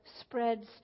spreads